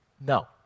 No